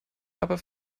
aber